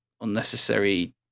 unnecessary